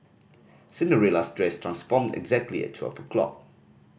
Cinderella's dress transformed exactly at twelve o'clock